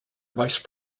vice